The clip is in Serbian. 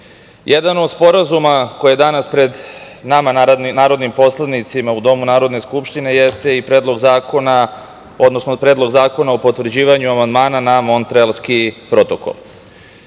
jedan od sporazuma koje danas pred nama narodnim poslanicima u domu Narodne skupštine jeste i predlog zakona, odnosno Predlog zakona o potvrđivanju amandmana na Montrealski protokol. Sam